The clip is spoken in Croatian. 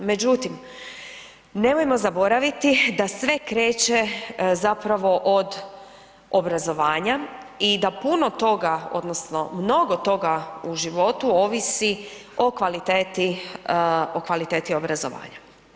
Međutim, nemojmo zaboraviti da sve kreće zapravo od obrazovanja i da puno toga odnosno mnogo toga u životu ovisi o kvaliteti, o kvaliteti obrazovanja.